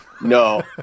no